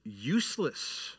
useless